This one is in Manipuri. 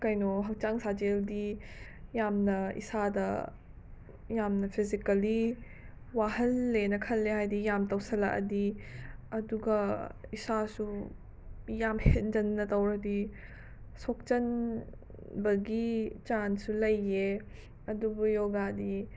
ꯀꯩꯅꯣ ꯍꯛꯆꯥꯡ ꯁꯥꯖꯦꯜꯗꯤ ꯌꯥꯝꯅ ꯏꯁꯥꯗ ꯌꯥꯝꯅ ꯐꯤꯖꯤꯀꯦꯂꯤ ꯋꯥꯍꯜꯂꯦꯅ ꯈꯜꯂꯦ ꯍꯥꯏꯗꯤ ꯌꯥꯝ ꯇꯧꯁꯜꯂꯛꯑꯗꯤ ꯑꯗꯨꯒ ꯏꯁꯥꯁꯨ ꯌꯥꯝ ꯍꯦꯟꯖꯟꯅ ꯇꯧꯔꯗꯤ ꯁꯣꯛꯆꯟ ꯕꯒꯤ ꯆꯥꯟꯁꯁꯨ ꯂꯩꯌꯦ ꯑꯗꯨꯕꯨ ꯌꯣꯒꯥꯗꯤ